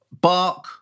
bark